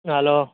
hello